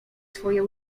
swoje